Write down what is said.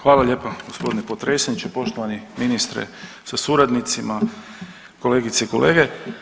Hvala lijepo g. potpredsjedniče, poštovani ministre sa suradnicima, kolegice i kolege.